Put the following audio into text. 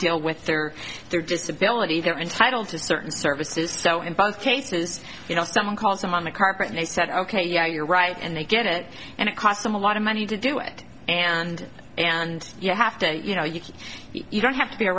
deal with their disability they're entitled to certain services so in both cases you know someone calls them on the carpet and they said ok yeah you're right and they get it and it cost them a lot of money to do it and and you have to you know you can you don't have to be a